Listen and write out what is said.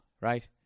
right